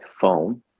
phone